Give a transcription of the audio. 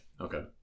Okay